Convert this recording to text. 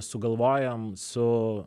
sugalvojam su